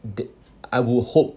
d~ I will hope